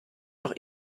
doch